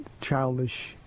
childish